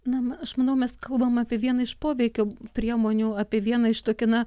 na aš manau mes kalbam apie vieną iš poveikio priemonių apie vieną iš tokia na